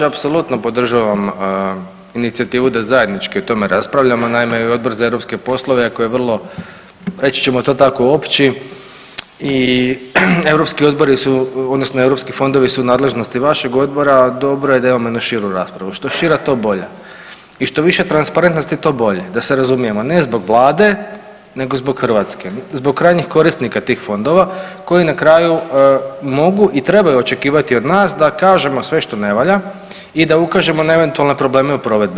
Apsolutno podržavam inicijativu da zajednički o tome raspravljamo, naime i Odbor za europske poslove iako je vrlo, reći ćemo to tako, opći i europski odbori su odnosno europski fondovi su u nadležnosti vašeg odbora, a dobro je da imamo jednu širu raspravu, što šira to bolja i što više transparentnosti to bolje da se razumijemo, ne zbog vlade nego zbog Hrvatske, zbog krajnjih korisnika tih fondova koji na kraju mogu i trebaju očekivati od nas da kažemo sve što ne valja i da ukažemo na eventualne probleme u provedbi.